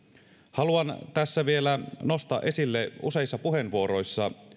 haluan tässä vielä nostaa esille useissa puheenvuoroissa